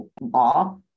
law